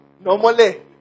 normally